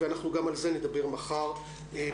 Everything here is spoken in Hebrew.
אנחנו גם על זה נדבר מחר בדיון.